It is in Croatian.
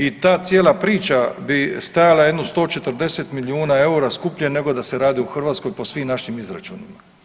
I ta cijela priča bi stajala jedno 140 milijuna eura skuplje nego da se radi u Hrvatskoj po svim našim izračunima.